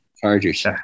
Chargers